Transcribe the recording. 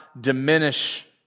diminish